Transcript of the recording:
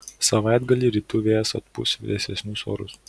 savaitgalį rytų vėjas atpūs vėsesnius orus